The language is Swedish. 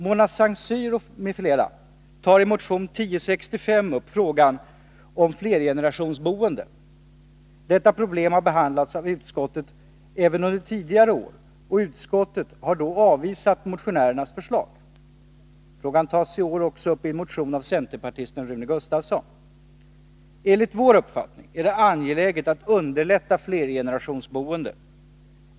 Mona Saint Cyr m.fl. tar i motion 1065 upp frågan om flergenera tionsboende. Detta problem har behandlats av utskottet även under tidigare år, och utskottet har då avvisat motionärens förslag. Frågan tas i år också upp i en motion av centerpartisten Rune Gustavsson. Enligt vår uppfattning är det angeläget att underlätta flergenerationsboende.